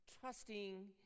trusting